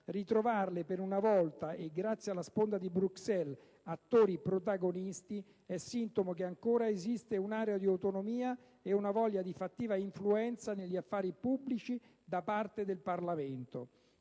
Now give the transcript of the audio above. ritrovarle, per una volta, e grazie alla sponda di Bruxelles, attori protagonisti è sintomo che ancora esiste un'area di autonomia e una voglia di fattiva influenza negli affari pubblici da parte del Parlamento;